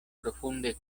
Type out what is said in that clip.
profunde